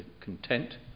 content